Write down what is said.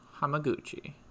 Hamaguchi